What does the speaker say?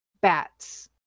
bats